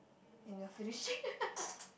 and we are finishing